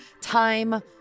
time